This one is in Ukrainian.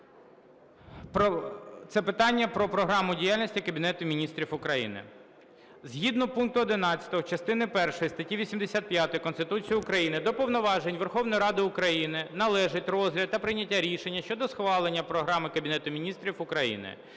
це питання про Програму діяльності Кабінету Міністрів України. Згідно пункту 11 частини першої статті 85 Конституції України до повноважень Верховної Ради України належить розгляд та прийняття рішення щодо схвалення програми Кабінету Міністрів України.